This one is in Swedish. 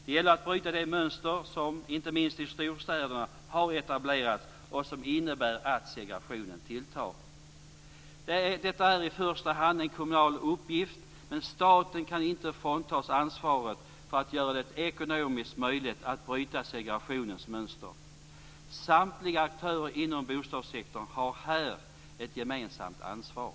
Det gäller att bryta det mönster som, inte minst i storstäderna, har etablerats och som innebär att segregationen tilltar. Detta är i första hand en kommunal uppgift, men staten kan inte fråntas ansvaret för att göra det ekonomiskt möjligt att bryta segregationens mönster. Samtliga aktörer inom bostadssektorn har här ett gemensamt ansvar.